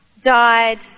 died